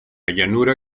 llanura